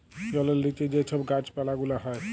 জলের লিচে যে ছব গাহাচ পালা গুলা হ্যয়